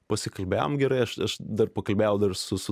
pasikalbėjom gerai aš dar pakalbėjau dar su